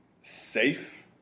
safe